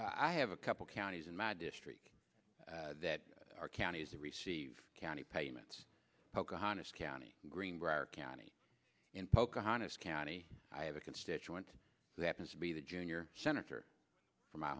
i have a couple counties in my district that are counties that receive county payments pocahontas county greenbrier county and pocahontas county i have a constituent who happens to be the junior senator from my